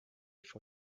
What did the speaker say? for